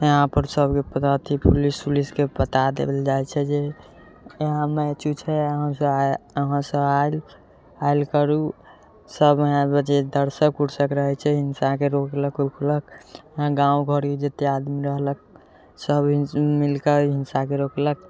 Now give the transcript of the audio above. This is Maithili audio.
यहाँ पर सबके बता पुलिसके बता देल जाइ छै जे यहाँ मैच उच है अहाँ सब अहाँ सब आयल करू सब जे दर्शक उर्शक रहय छै हिंसा के रोकलक ओकलक गाँव घरे जते आदमी रहलक सब मिलके हिंसा के रोकलक